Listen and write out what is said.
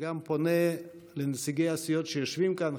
וגם פונה לנציגי הסיעות שיושבים כאן,